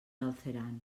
galceran